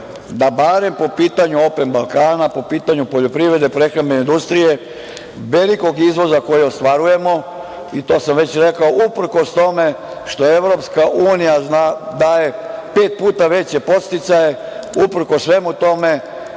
da barem po pitanju „Open Balkana“, po pitanju poljoprivrede, prehrambene industrije, velikog izvoza koji ostvarujemo, i to sam već rekao, uprkos tome što EU daje pet puta veće podsticaje, uprkos svemu tome,